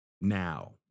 now